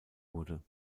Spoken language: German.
wurde